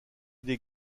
des